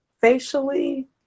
facially